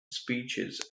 speeches